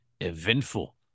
eventful